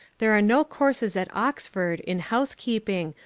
there are no courses at oxford in housekeeping,